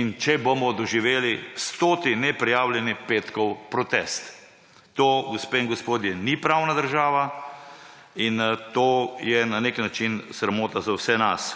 in če bomo doživeli stoti neprijavljeni petkov protest. To, gospe in gospodje, ni pravna država in to je na nek način sramota za vse nas.